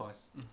mm